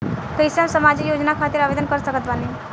कैसे हम सामाजिक योजना खातिर आवेदन कर सकत बानी?